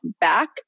back